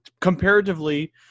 comparatively